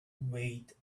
wait